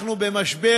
אנחנו במשבר.